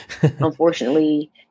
Unfortunately